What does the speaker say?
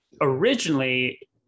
Originally